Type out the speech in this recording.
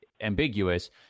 ambiguous